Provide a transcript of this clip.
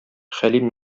хәлим